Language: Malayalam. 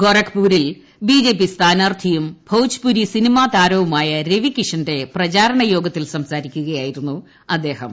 ഗോരഖ്പൂരിൽ ബിജെപി സ്ഥാനാർത്ഥിയും ഭോജ്പുരി സിനിമാതാരവുമായ രവികിഷന്റെ പ്രചരണ യോഗത്തിൽ സംസാരിക്കുകയായിരുന്നു അദ്ദേഹം